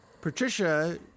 Patricia